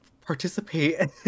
participate